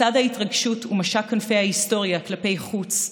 לצד ההתרגשות ומשק כנפי ההיסטוריה כלפי חוץ,